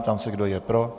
Ptám se, kdo je pro.